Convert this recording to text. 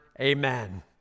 Amen